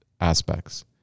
aspects